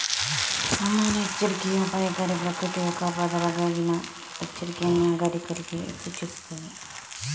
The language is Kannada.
ಹವಾಮಾನ ಎಚ್ಚರಿಕೆಯೂ ಅಪಾಯಕಾರಿ ಪ್ರಕೃತಿ ವಿಕೋಪದ ಬಗೆಗಿನ ಎಚ್ಚರಿಕೆಯನ್ನು ನಾಗರೀಕರಿಗೆ ಸೂಚಿಸುತ್ತದೆ